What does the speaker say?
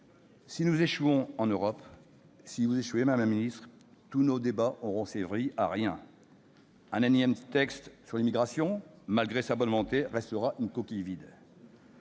Si nous échouons, en Europe, si vous échouez, madame la ministre, tous nos débats n'auront servi à rien. Cet énième texte sur l'immigration, malgré votre bonne volonté, restera une coquille vide.